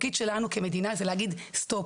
התפקיד שלנו כמדינה זה לעצור,